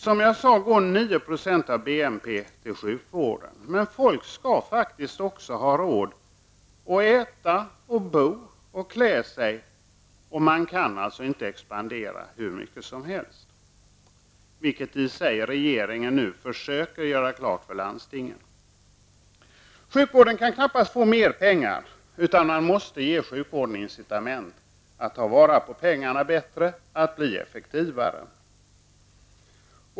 Som jag sade går 9 % av BNP till sjukvården, men folk skall faktiskt också ha råd att äta, bo och klä sig. Man kan alltså inte expandera hur mycket som helst. Detta försöker i och för sig regeringen nu göra klart för landstingen. Sjukvården kan knappast få mer pengar, utan man måste ge sjukvården incitament att ta till vara pengarna bättre, att bli effektivare.